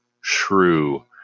shrew